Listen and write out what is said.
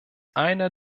einer